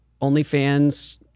OnlyFans